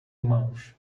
mãos